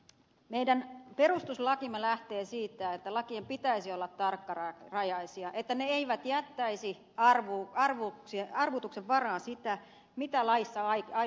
meidän perustuslakimme lähtee siitä että lakien pitäisi olla tarkkarajaisia että ne eivät jättäisi arvuutuksen varaan sitä mitä laissa aidosti tarkoitetaan